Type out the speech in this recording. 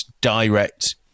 direct